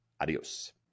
adios